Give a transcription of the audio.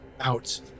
out